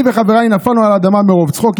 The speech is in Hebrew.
אני וחבריי נפלנו על האדמה מרוב צחוק,